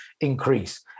increase